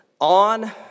On